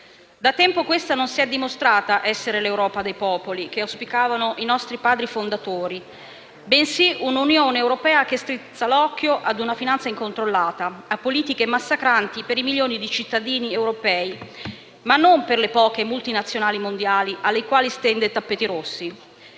Da tempo questa non s'è dimostrata essere l'Europa dei popoli che auspicavano i nostri Padri fondatori, bensì un'Unione europea che strizza l'occhio ad una finanza incontrollata, a politiche massacranti per i milioni di cittadini europei, ma non per le poche multinazionali mondiali alle quali stende tappeti rossi.